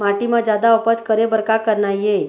माटी म जादा उपज करे बर का करना ये?